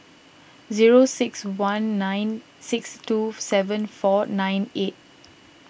zero six one nine six two seven four nine eight